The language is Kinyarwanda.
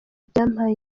byampaye